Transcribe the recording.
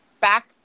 back